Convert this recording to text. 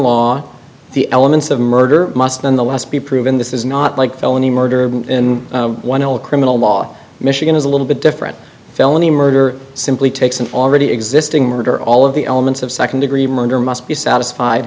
law the elements of murder must nonetheless be proven this is not like felony murder in one or criminal law michigan is a little bit different felony murder simply takes an already existing murder all of the elements of second degree murder must be satisfied